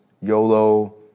YOLO